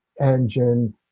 engine